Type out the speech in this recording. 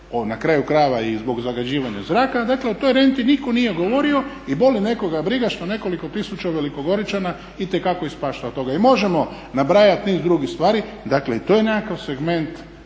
na kraju krajeva i zbog zagađivanja zraka. Dakle o toj renti nitko nije govorio i boli nekoga briga što nekoliko tisuća velikogoričana itekako ispašta od toga. I možemo nabrajati niz drugih stvari, dakle i to je nekakav segment